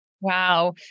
Wow